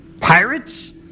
Pirates